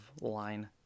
line